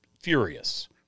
furious